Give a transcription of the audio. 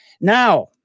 Now